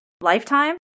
lifetime